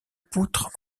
poutre